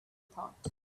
thought